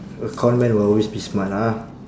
a conman will always be smart ah